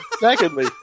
secondly